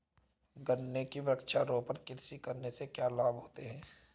गन्ने की वृक्षारोपण कृषि करने से क्या लाभ होते हैं?